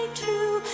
true